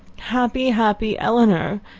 happy, happy elinor,